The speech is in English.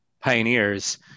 pioneers